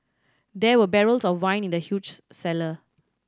there were barrels of wine in the huge cellar